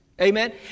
Amen